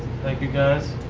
thank you guys.